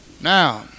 Now